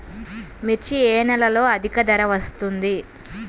మిర్చి ఏ నెలలో అధిక ధర వస్తుంది?